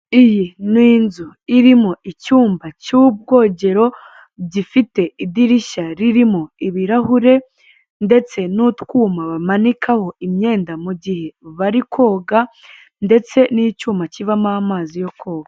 Iyi ni inzu irimo icyumba cy'ubwogero, gifite idirishya ririmo ibirahure ndetse n'utwuma bamanikaho imyenda mu gihe bari koga ndetse n'icyuma kibamo amazi yo koga.